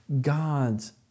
God's